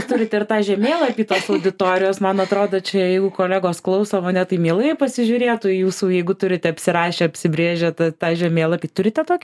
turite ir tą žemėlapį tos auditorijos man atrodo čia jeigu kolegos klauso mane tai mielai pasižiūrėtų į jūsų jeigu turite apsirašę apsibrėžę tą žemėlapį turite tokį